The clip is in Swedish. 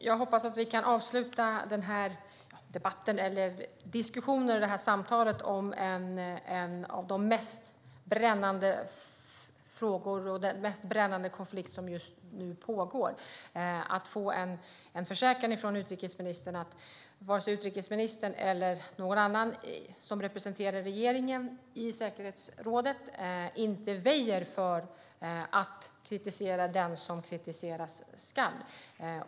Jag hoppas att vi kan avsluta detta samtal om en av de mest brännande frågorna och den mest brännande konflikten just nu med att få en försäkran från utrikesministern om att varken utrikesministern eller någon annan som representerar regeringen i säkerhetsrådet väjer för att kritisera den som kritiseras skall.